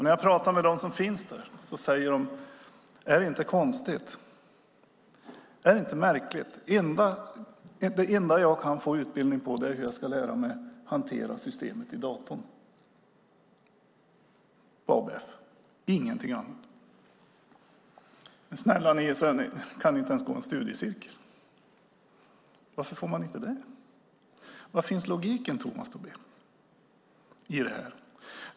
När jag pratar med dem som finns där säger de: Är det inte konstigt att det enda jag kan få utbildning på är hur jag ska hantera systemet i datorn - ingenting annat. Kan de inte ens gå en studiecirkel? Varför får de inte det? Var finns logiken, Tomas Tobé?